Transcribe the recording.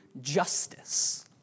justice